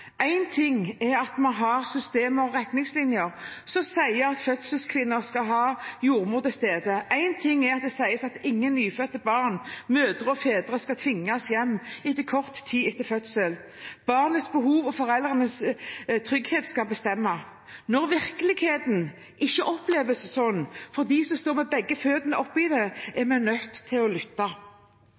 Én ting er at vi har systemer og retningslinjer som sier at fødende kvinner skal ha jordmor til stede. Én ting er at det sies at ingen nyfødte barn, mødre eller fedre skal tvinges hjem kort tid etter fødselen. Barnets behov og foreldrenes trygghet skal bestemme. Når virkeligheten ikke oppleves slik for dem som står med begge bena oppe i det, er vi nødt til å lytte.